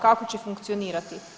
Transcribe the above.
Kako će funkcionirati?